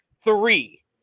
three